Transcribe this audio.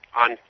on